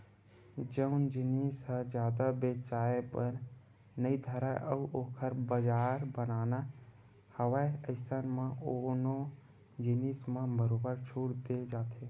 जउन जिनिस ह जादा बेचाये बर नइ धरय अउ ओखर बजार बनाना हवय अइसन म ओ जिनिस म बरोबर छूट देय जाथे